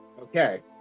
Okay